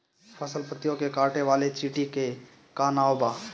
फसल पतियो के काटे वाले चिटि के का नाव बा?